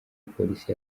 polisi